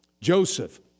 Joseph